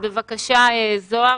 בבקשה, זהר.